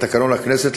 לתקנון הכנסת,